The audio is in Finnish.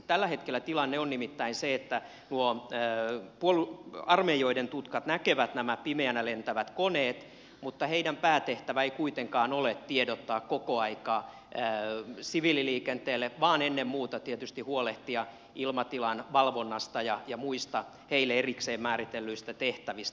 tällä hetkellä tilanne on nimittäin se että nuo armeijoiden tutkat näkevät nämä pimeänä lentävät koneet mutta heidän päätehtävänsä ei kuitenkaan ole tiedottaa koko aikaa siviililiikenteelle vaan ennen muuta tietysti huolehtia ilmatilan valvonnasta ja muista heille erikseen määritellyistä tehtävistä